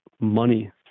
money